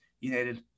United